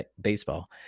baseball